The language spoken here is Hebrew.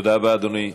תודה רבה, אדוני.